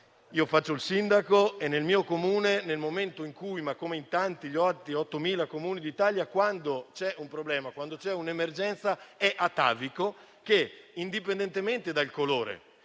Faccio il sindaco e nel mio Comune - come in tutti gli 8.000 Comuni d'Italia - quando c'è un problema, quando c'è un'emergenza, è atavico che, indipendentemente dal colore